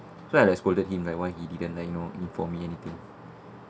so I like scolded him like why he didn't like you know wait for me anything